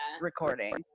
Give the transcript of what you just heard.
recording